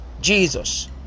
Jesus